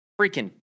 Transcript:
freaking